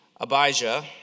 Abijah